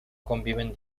conviven